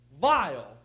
vile